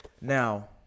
Now